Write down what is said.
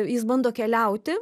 jis bando keliauti